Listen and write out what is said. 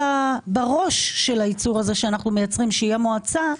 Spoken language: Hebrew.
בראש של הייצור הזה שאנחנו מייצרים שזאת המועצה,